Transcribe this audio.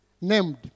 Named